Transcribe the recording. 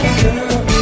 girl